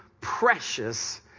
precious